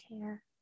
care